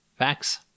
Facts